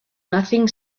nothing